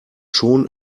schon